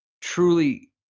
truly